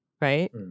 right